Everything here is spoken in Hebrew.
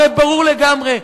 הרי ברור לגמרי,